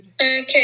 Okay